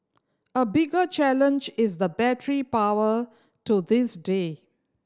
a bigger challenge is the battery power to this day